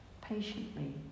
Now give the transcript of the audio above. patiently